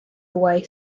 away